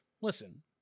listen